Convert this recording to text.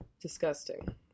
disgusting